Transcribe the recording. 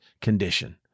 condition